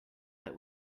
that